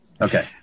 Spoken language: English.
Okay